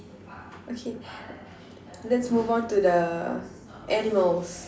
okay let's move on to the animals